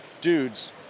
Dudes